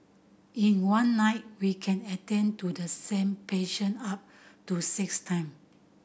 in one night we can attend to the same patient up to six time